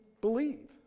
believe